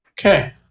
Okay